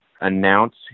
announce